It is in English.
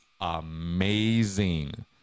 amazing